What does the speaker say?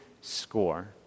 score